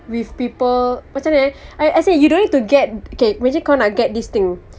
with people macam mana eh I I say you don't need to get okay macam mana kau nak get this thing